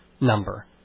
number